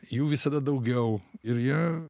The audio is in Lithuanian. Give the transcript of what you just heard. jų visada daugiau ir jie